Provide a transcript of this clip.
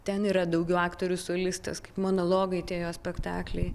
ten yra daugiau aktorių solistės kaip monologai tie jo spektakliai